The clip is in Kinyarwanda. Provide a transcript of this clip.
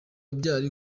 byari